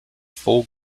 full